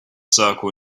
circle